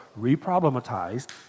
reproblematized